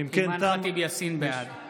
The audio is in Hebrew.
אימאן ח'טיב יאסין, בעד.